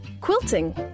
Quilting